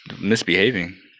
misbehaving